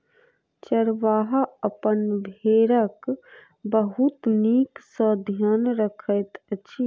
चरवाहा अपन भेड़क बहुत नीक सॅ ध्यान रखैत अछि